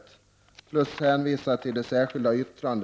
Dessutom hänvisar jag till vårt särskilda yttrande.